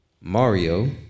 Mario